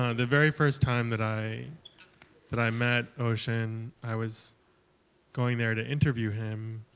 ah the very first time that i that i met ocean, i was going there to interview him,